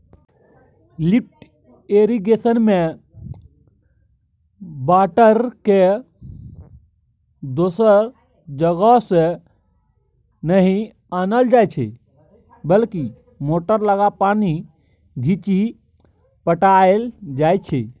lift इरिगेशनमे बाटरकेँ दोसर जगहसँ नहि आनल जाइ छै बल्कि मोटर लगा पानि घीचि पटाएल जाइ छै